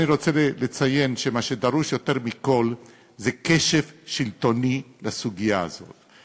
אני רוצה לציין שמה שדרוש יותר מכול זה קשב שלטוני לסוגיה הזאת,